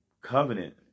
covenant